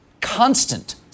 constant